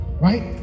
right